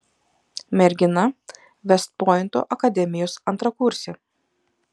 mergina vest pointo akademijos antrakursė